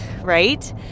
right